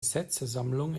sätzesammlung